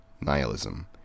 Nihilism